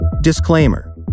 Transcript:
Disclaimer